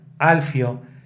Alfio